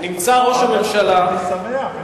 אני שמח.